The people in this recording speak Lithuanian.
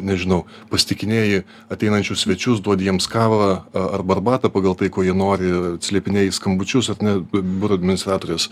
nežinau pasitikinėji ateinančius svečius duodi jiems kavą arba arbatą pagal tai ko jie nori atsiliepinėji į skambučius ar ne biuro administratorės